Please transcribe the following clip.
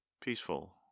peaceful